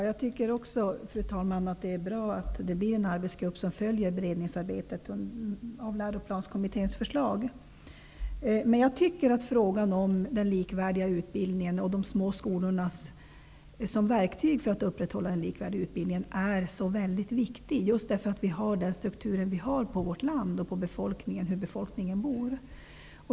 Fru talman! Också jag tycker att det är bra att en arbetsgrupp tillsätts som följer beredningsarbetet av Läroplanskommitténs förslag. Frågan om den likvärdiga utbildningen och de små skolornas verktyg för att upprätthålla denna är mycket viktig just därför att befolkningsstrukturen i landet är sådan den är.